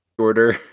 shorter